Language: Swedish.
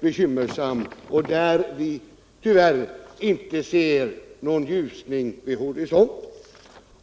bekymmersamt där och vi tyvärr inte ser någor ljusning vid horisonten.